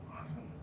Awesome